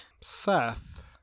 Seth